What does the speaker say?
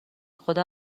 خدا